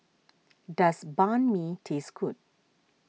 does Banh Mi taste good